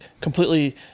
completely